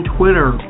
Twitter